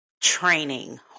training